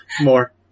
more